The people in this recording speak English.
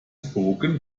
spoken